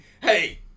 hey